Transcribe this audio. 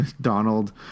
Donald